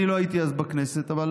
אני לא הייתי אז בכנסת, אבל